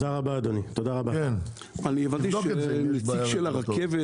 תבדוק את זה אם יש בעיה רגולטורית,